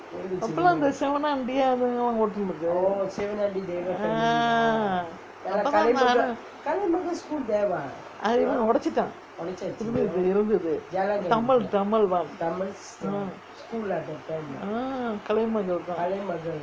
அப்பேலாம் அந்த:appaelaam antha sivanaandi அவுங்களா ஓட்டுனாங்கே:avungalaa oottunangae ah அப்போ தான் அது ஒடச்சிட்டான் திரும்பியும் இப்பே எழுதுது:appo thaan athu odachittan tirumbiyum ippa ezhuthuthu tamil tamil [one] ah kalaimagal தான்:thaan